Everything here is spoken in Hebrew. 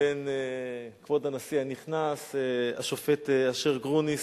לבין כבוד הנשיא הנכנס, השופט אשר גרוניס.